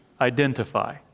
identify